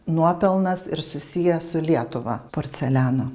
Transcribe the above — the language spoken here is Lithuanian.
nuopelnas ir susiję su lietuva porceliano